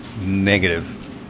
Negative